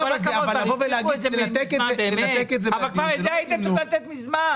את זה היית צריך לתת מזמן.